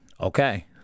Okay